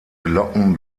glocken